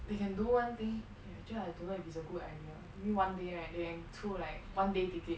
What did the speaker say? they can do one thing actually I don't know if it's a good idea maybe one day right they can 出 like one day ticket